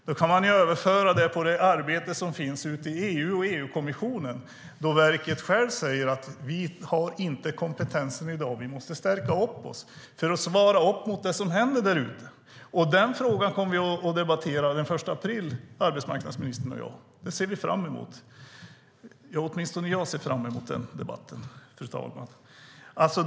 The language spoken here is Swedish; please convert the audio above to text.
Det kan överföras på det arbete som sker i EU-kommissionen. Verket självt säger att de i dag inte har kompetensen, utan den måste stärkas för att svara upp mot det som händer där ute. Den frågan kommer arbetsmarknadsministern och jag att debattera den 1 april. Det ser vi fram emot, åtminstone ser jag fram emot den debatten, fru talman.